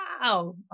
Wow